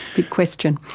big question.